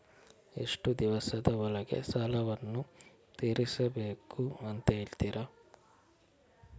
ಎಷ್ಟು ದಿವಸದ ಒಳಗೆ ಸಾಲವನ್ನು ತೀರಿಸ್ಬೇಕು ಅಂತ ಹೇಳ್ತಿರಾ?